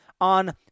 on